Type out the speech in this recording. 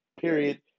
period